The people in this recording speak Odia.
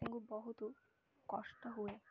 ଚାଷୀଙ୍କୁ ବହୁତ କଷ୍ଟ ହୁଏ